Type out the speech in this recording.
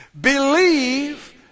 Believe